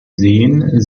sehen